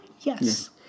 yes